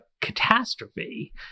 catastrophe